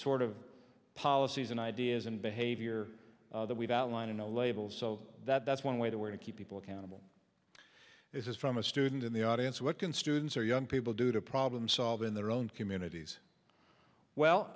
sort of policies and ideas and behavior that we've outlined in no labels so that's one way the way to keep people accountable this is from a student in the audience what can students or young people do to problem solve in their own communities well